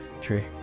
true